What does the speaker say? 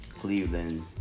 Cleveland